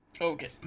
Okay